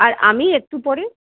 আর আমি একটু পরে